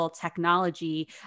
technology